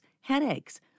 headaches